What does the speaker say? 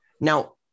Now